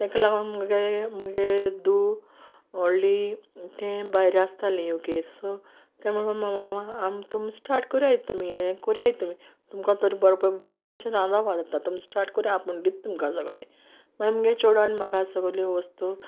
तेक लागोन म्हुगे म्हुगे धूव व्होडली तें भायर आसतालें यू के सो तें म्हुडूं लागोलें मामा तुम स्टार्ट कोराय तुमी यें कोराय तुमी तुमको तोर बोरे भाशीन रांदपा जाता तुम स्टार्ट कोराय आपूण दीत तुमकां सोगलें मागी म्हुगे चेडवान म्हाका सोगल्यो वोस्तू